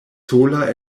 sola